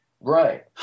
Right